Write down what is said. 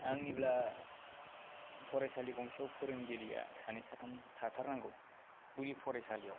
आंनिब्ला फरायसालि गंसेआव फोरोंगिरिया सानै साथाम थाथारनांगौ गुदि फरायसालियाव